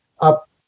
up